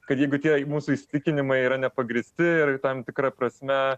kad jeigu tie mūsų įsitikinimai yra nepagrįsti ir tam tikra prasme